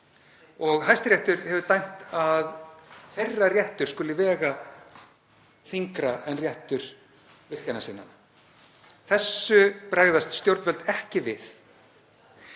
Hæstiréttur hefur dæmt að þeirra réttur skuli vega þyngra en réttur virkjunarsinna. Þessu bregðast stjórnvöld ekki við.